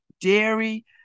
dairy